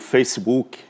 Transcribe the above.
Facebook